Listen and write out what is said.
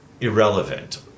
irrelevant